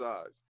Size